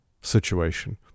situation